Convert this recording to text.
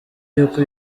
y’uko